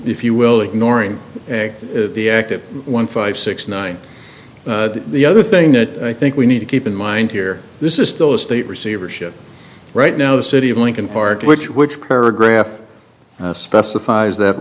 if you will ignoring the active one five six nine the other thing that i think we need to keep in mind here this is still a state receivership right now the city of lincoln park which which paragraph specifies that